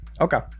Okay